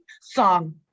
song